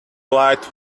light